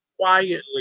quietly